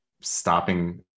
stopping